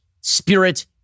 spirit